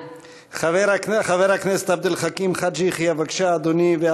חבר הכנסת עבד אל חכים חאג' יחיא, בבקשה, אדוני.